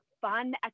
fun